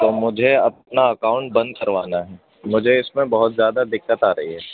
تو مجھے اپنا اکاؤنٹ بند کروانا ہے مجھے اس میں بہت زیادہ دقت آ رہی ہے